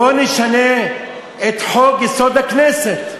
בואו נשנה את חוק-יסוד: הכנסת.